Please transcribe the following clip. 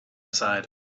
aside